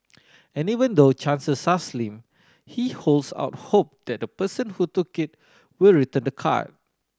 and even though chances are slim he holds out hope that the person who took it will return the card